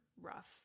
rough